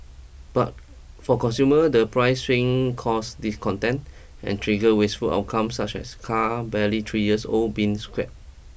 but for consumers the price swings cause discontent and trigger wasteful outcomes such as cars barely three years old being scrapped